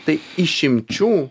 tai išimčių